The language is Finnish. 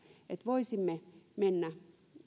voisimme